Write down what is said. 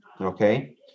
okay